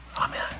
Amen